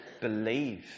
believe